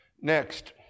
Next